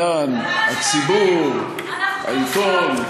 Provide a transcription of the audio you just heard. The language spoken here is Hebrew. התליין, הציבור, העיתון.